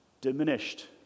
diminished